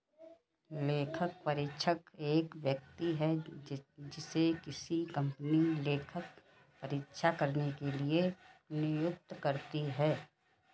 लेखापरीक्षक एक व्यक्ति है जिसे किसी कंपनी लेखा परीक्षा करने के लिए नियुक्त करती है